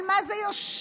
על מה זה יושב?